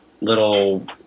little